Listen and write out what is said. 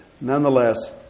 nonetheless